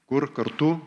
kur kartu